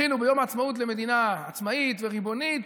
זכינו ביום העצמאות למדינה עצמאית וריבונית,